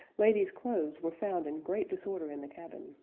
ladies' clothes were found in great disorder in the cabin.